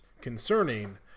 concerning